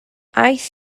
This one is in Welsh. aeth